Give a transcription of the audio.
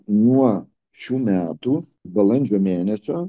nuo šių metų balandžio mėnesio